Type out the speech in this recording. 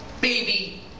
baby